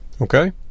okay